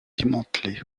démantelé